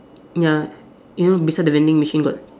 ya you know beside the vending machine got